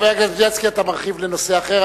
חבר הכנסת בילסקי, אתה מרחיב לנושא אחר.